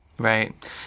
Right